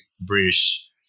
British